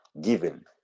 given